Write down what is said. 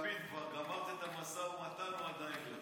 עם לפיד כבר גמרת את המשא ומתן או עדיין לא?